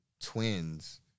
twins